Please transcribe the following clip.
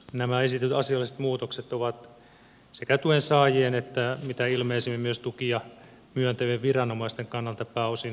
nämä esitetyt asialliset muutokset ovat sekä tuen saa jien että mitä ilmeisimmin myös tukia myöntä vien viranomaisten kannalta pääosin perusteltuja